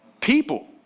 people